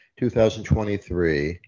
2023